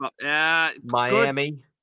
Miami